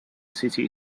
city